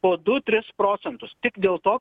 po du tris procentus tik dėl to